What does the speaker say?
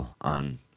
on